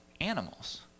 animals